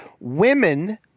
women